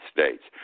States